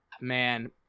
man